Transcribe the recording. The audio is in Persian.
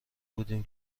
بودیم